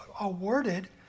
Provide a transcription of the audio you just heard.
awarded